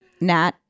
Nat